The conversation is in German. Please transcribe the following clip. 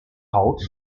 haut